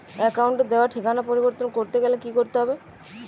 অ্যাকাউন্টে দেওয়া ঠিকানা পরিবর্তন করতে গেলে কি করতে হবে?